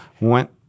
went